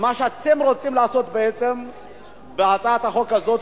מה שאתם רוצים לעשות בהצעת החוק הזו,